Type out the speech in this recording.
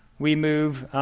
we move